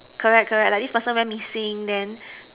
correct correct like this person went missing then